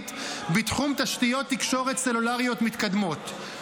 העולמית בתחום תשתיות תקשורת סלולריות מתקדמות,